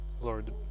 Lord